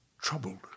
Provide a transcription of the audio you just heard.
troubled